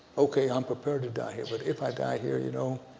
ok i'm prepared to die here, but if i die here you know,